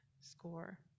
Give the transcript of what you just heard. score